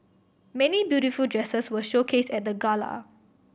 many beautiful dresses were showcase at the Gala